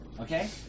Okay